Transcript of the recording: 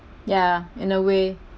ya in a way